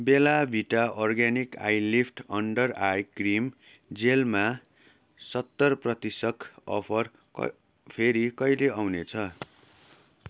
बेला Vita organic eyelift under eye cream जेलमा सत्तर प्रतिशत अफर क फेरि कहिले आउने छ